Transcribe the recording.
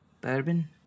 bourbon